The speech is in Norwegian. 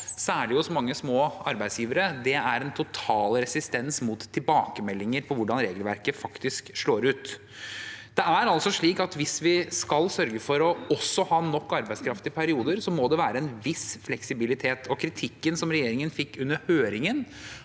særlig hos mange små arbeidsgivere, er en total resistens mot tilbakemeldinger på hvordan regelverket faktisk slår ut. Det er altså slik at hvis vi skal sørge for å ha nok arbeidskraft også i bestemte perioder, må det være en viss fleksibilitet. Kritikken regjeringen fikk under høringen,